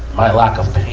my lack of